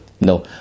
No